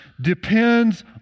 depends